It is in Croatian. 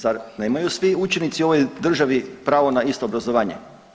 Zar nemaju svi učenici u ovoj državi pravo na isto obrazovanje?